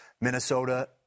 Minnesota